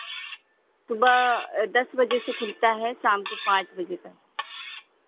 सुबह दस बजे से खुलता है शाम को पाँच बजे तक